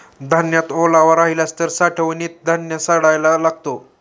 धान्यात ओलावा राहिला तर साठवणीत धान्य सडायला लागेल